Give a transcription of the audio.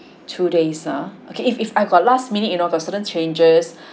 two days ah okay if if I got last minute you know cause sudden changes